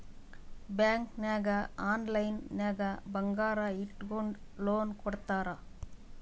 bank ನಾಗ್ online ನಾಗೆ ಬಂಗಾರ್ ಇಟ್ಗೊಂಡು ಲೋನ್ ಕೊಡ್ತಾರ್